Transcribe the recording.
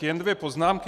Jen dvě poznámky.